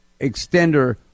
extender